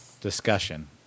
discussion